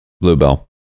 Bluebell